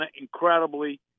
incredibly